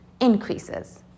increases